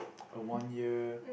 a one year